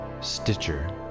Stitcher